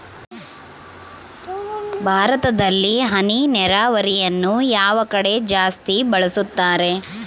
ಭಾರತದಲ್ಲಿ ಹನಿ ನೇರಾವರಿಯನ್ನು ಯಾವ ಕಡೆ ಜಾಸ್ತಿ ಬಳಸುತ್ತಾರೆ?